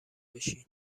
بشین